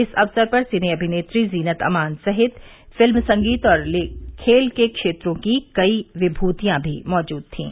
इस अवसर पर सिने अभिनेत्री जीनत अमान सहित फिल्म संगीत और खेल के क्षेत्रों के कई विभूतियां भी मौजूद थीं